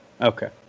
Okay